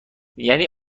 یعنی